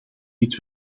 dit